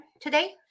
today